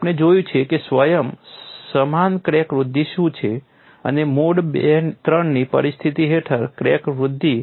આપણે જોયું છે કે સ્વયં સમાન ક્રેક વૃદ્ધિ શું છે અને મોડ III ની પરિસ્થિતિ હેઠળ ક્રેક કેવી રીતે વધે છે